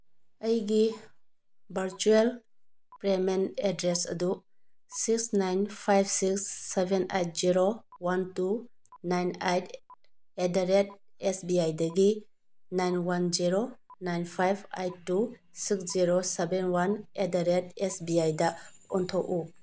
ꯑꯩꯒꯤ virtual payment address ꯑꯗꯨ six nine five six seven eight zero one two nine eight at the rate S B ꯑꯥꯏꯗꯒꯤ nine one zero nine five eight two six zero seven one at the rate S B ꯑꯥꯏꯗ ꯑꯣꯟꯊꯣꯛꯎ